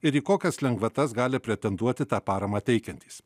ir į kokias lengvatas gali pretenduoti tą paramą teikiantys